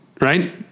Right